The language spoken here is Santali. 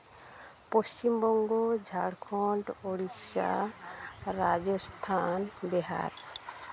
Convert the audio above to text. ᱯᱚᱥᱪᱤᱢᱵᱚᱝᱜᱚ ᱡᱷᱟᱲᱠᱷᱚᱸᱰ ᱩᱲᱤᱥᱥᱟ ᱨᱟᱡᱚᱥᱛᱷᱟᱱ ᱵᱤᱦᱟᱨ